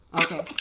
Okay